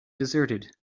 deserted